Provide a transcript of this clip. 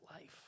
life